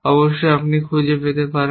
অবশ্যই আপনি খুঁজে পেতে পারেন